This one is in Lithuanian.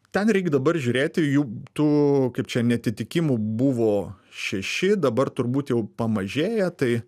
ten reik dabar žiūrėti jų tų kaip čia neatitikimų buvo šeši dabar turbūt jau pamažėja tai